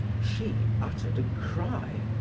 she uttered a cry,